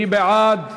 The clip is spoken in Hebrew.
מי בעד?